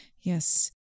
Yes